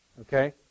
okay